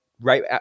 right